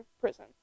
prison